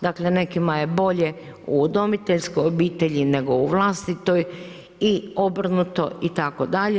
Dakle nekima je bolje u udomiteljskoj obitelji nego u vlastitoj i obrnuto itd.